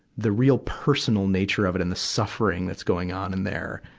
the real personal nature of it and the suffering that's going on in there,